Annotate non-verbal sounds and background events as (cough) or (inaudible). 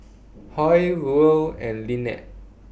(noise) Hoy Ruel and Lynette